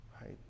right